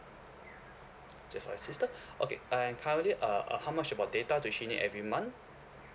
just for your sister okay and currently uh how much about data does she need every month